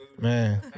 Man